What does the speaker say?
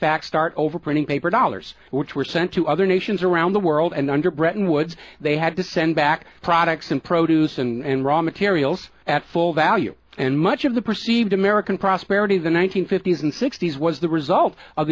fact start over printing paper dollars which were sent to other nations around the world and under bretton woods they had to send back products and produce and raw materials at full value and much of the perceived american prosperity of the one nine hundred fifty s and sixty's was the result of